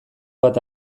bat